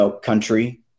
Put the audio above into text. country